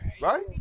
right